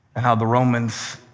ah how the romans